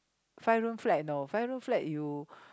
five room flat you know five room flat you